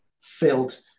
filled